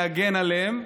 להגן עליהם,